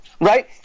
Right